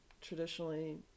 traditionally